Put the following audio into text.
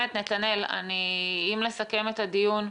נתנאל, אם לסכם את הדיון,